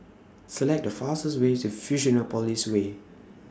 Select The fastest Way to Fusionopolis Way